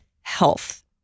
health